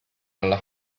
alla